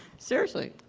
seriously.